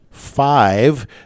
five